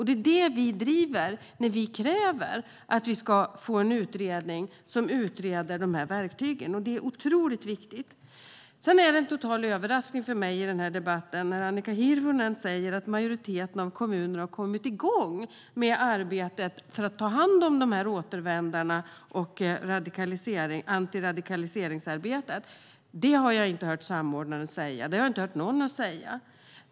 Det är det vi driver när vi kräver att en utredning ska utreda verktygen. Det är oerhört viktigt. Sedan var det en total överraskning för mig i den här debatten när Annika Hirvonen Falk sa att majoriteten av kommunerna har kommit igång med arbetet med att ta hand om återvändarna och med antiradikaliseringsarbetet. Det har jag inte hört samordnaren säga. Det har jag inte hört någon säga.